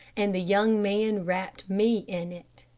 and the young man wrapped me in it,